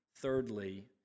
Thirdly